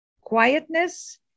quietness